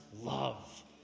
love